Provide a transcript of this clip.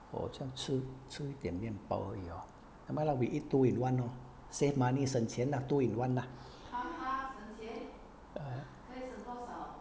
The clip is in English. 哦这样吃吃一点面包而已哦 never mind lah we eat two in one lor save money 省钱 two in one lah